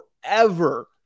forever